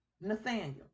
Nathaniel